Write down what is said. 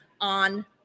on